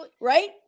right